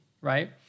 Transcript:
right